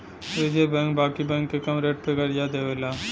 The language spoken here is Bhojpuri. रिज़र्व बैंक बाकी बैंक के कम रेट पे करजा देवेला